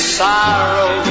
sorrow